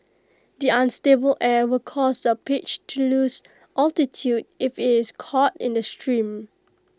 the unstable air will cause the Apache to lose altitude if IT is caught in the stream